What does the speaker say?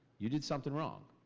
you did something wrong.